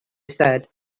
said